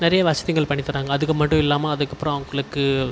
நிறைய வசதிகள் பண்ணி தர்றாங்க அதுக்கு மட்டும் இல்லாமல் அதுக்கு அப்புறம் அவங்களுக்கு